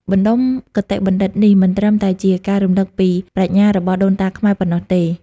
បណ្ដុំគតិបណ្ឌិតនេះ មិនត្រឹមតែជាការរំលឹកពីប្រាជ្ញារបស់ដូនតាខ្មែរប៉ុណ្ណោះទេ។